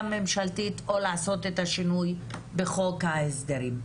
ממשלתית או לעשות את השינוי בחוק ההסדרים,